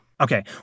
Okay